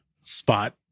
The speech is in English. spot